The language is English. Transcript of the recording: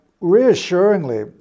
reassuringly